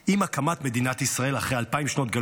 עם הקמת מדינת ישראל אחרי אלפיים שנות גלות,